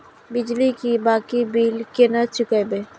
बिजली की बाकी बील केना चूकेबे?